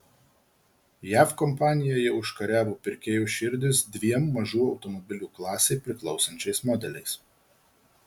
jav kompanija jau užkariavo pirkėjų širdis dviem mažų automobilių klasei priklausančiais modeliais